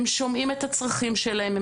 הם שומעים את הצרכים שלהם.